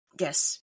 yes